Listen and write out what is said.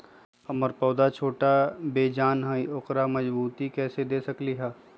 हमर पौधा छोटा बेजान हई उकरा मजबूती कैसे दे सकली ह?